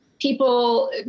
People